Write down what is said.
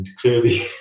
Clearly